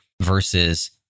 versus